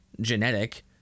genetic